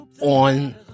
on